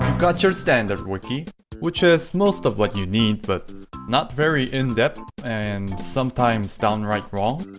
got your standard wiki which is most of what you need but not very in-depth and sometimes downright wrong